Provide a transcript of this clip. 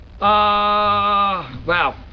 wow